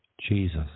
Jesus